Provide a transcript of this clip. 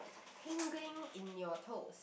tingling in your toes